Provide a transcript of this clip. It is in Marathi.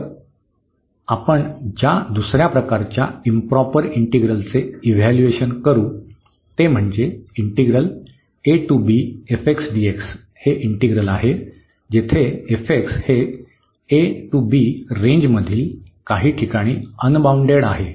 तर आपण ज्या दुसर्या प्रकाराच्या इंप्रॉपर इंटीग्रलचे इव्हॅल्यूएशन करू ते म्हणजे हे इंटिग्रल आहे जेथे हे a ते b रेंजमधील काही ठिकाणी अनबाउंडेड आहे